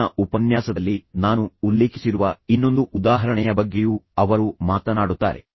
ಮುಂದಿನ ಉಪನ್ಯಾಸದಲ್ಲಿ ನಾನು ಉಲ್ಲೇಖಿಸಿರುವ ಇನ್ನೊಂದು ಉದಾಹರಣೆಯ ಬಗ್ಗೆಯೂ ಅವರು ಮಾತನಾಡುತ್ತಾರೆ